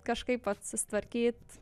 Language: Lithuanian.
kažkaip vat susitvarkyt